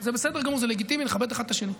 זה בסדר גמור, זה לגיטימי לכבד אחד את השני.